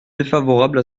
défavorable